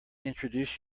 introduce